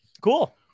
cool